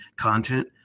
content